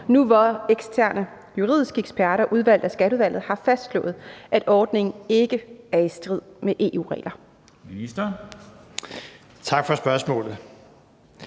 nu, hvor eksterne juridiske eksperter udvalgt af Skatteudvalget har fastslået, at ordningen ikke er i strid med EU-regler? Kl. 14:23 Formanden